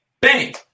Bang